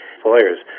employers